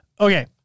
Okay